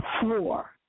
four